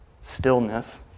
stillness